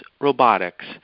Robotics